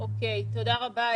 שלומי, תודה רבה.